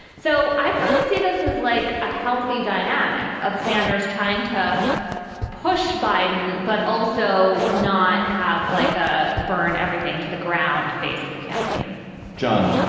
so i kind of see this as like a healthy dynamic of sanders trying to push biden, but also not have like a burn everything to the ground phase of the campaign john,